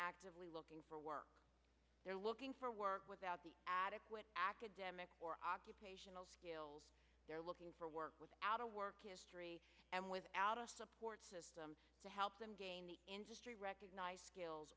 actively looking for work they're looking for work without the adequate academic or occupational skills they're looking for work with out of work history and without a support system to help them gain the industry recognized skills